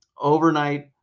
overnight